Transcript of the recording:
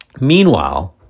Meanwhile